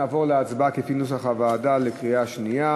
נעבור להצבעה על הצעת החוק כפי נוסח הוועדה בקריאה שנייה.